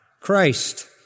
Christ